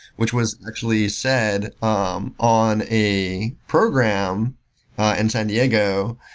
which was actually said um on a program in san diego,